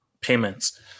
payments